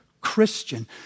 Christian